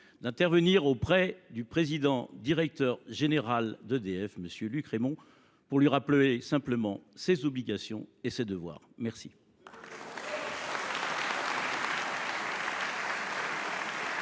d’intervenir auprès du président directeur général d’EDF, M. Luc Rémont, pour lui rappeler simplement ses obligations et ses devoirs ! La parole est